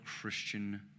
Christian